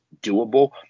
doable